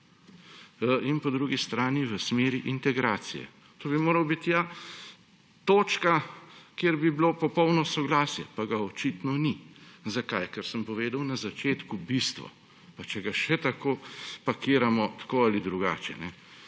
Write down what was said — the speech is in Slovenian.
in po drugi strani v smeri integracije. To bi morala biti ja točka, kjer bi bilo popolno soglasje, pa ga očitno ni. Zakaj? Ker sem povedal na začetku bistvo, pa če ga še tako pakiramo tako ali drugače,